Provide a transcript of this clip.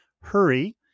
hurry